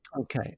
Okay